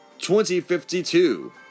2052